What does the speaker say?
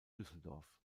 düsseldorf